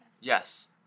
Yes